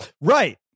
right